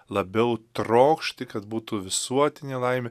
labiau trokšti kad būtų visuotinė laimė